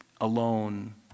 alone